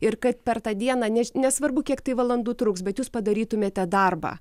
ir kad per tą dieną ne nesvarbu kiek tai valandų truks bet jūs padarytumėte darbą